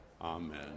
Amen